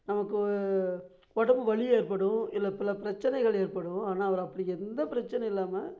நமக்கு உடம்பு வலி ஏற்படும் இல்லை பல பிரச்சனைகள் ஏற்படும் ஆனால் அவர் அப்படி எந்த பிரச்சனையும் இல்லாமல்